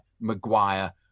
Maguire